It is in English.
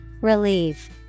Relieve